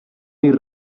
dir